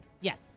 Yes